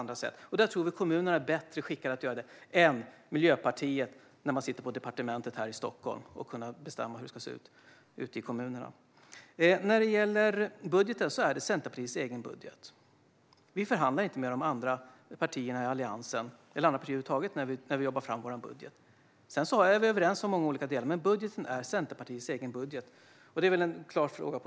Där tror vi att kommunerna är bättre skickade än Miljöpartiet, som sitter på departementet här i Stockholm, att bestämma hur det ska se hur ute i kommunerna. När det gäller budgeten är det Centerpartiets egen budget. Vi förhandlar inte med de andra partierna i Alliansen eller andra partier över huvud taget när vi jobbar fram vår budget. Sedan är vi överens om många olika delar, men budgeten är Centerpartiets egen. Den frågan är klar.